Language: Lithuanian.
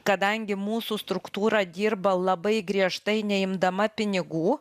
kadangi mūsų struktūra dirba labai griežtai neimdama pinigų